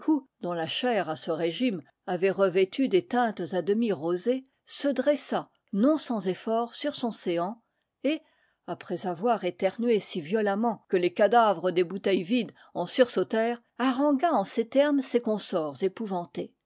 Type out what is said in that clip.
dont la chair à ce régime avait revêtu des teintes à demi rosées se dressa non sans effort sur son séant et après avoir éternué si violemment que les cadavres des bouteilles vides en sur sautèrent harangua en ces termes ses consorts épouvantés